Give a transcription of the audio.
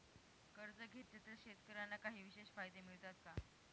कर्ज घेतले तर शेतकऱ्यांना काही विशेष फायदे मिळतात का?